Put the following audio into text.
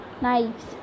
knives